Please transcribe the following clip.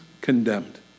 condemned